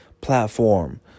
platform